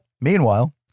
meanwhile